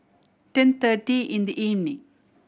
ten thirty in the evening